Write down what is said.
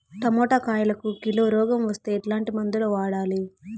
Tomato కాయలకు కిలో రోగం వస్తే ఎట్లాంటి మందులు వాడాలి?